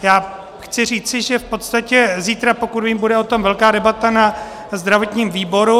Já chci říci, že v podstatě zítra, pokud vím, bude o tom velká debata na zdravotním výboru.